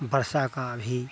वर्षा का भी